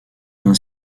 d’un